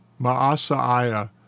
Maasaiah